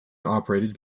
operated